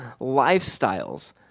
lifestyles